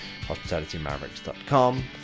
hospitalitymavericks.com